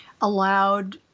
allowed